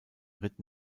ritt